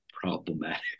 problematic